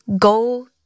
Go